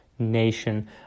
Nation